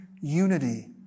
unity